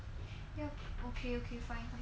yup okay okay fine continue